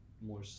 more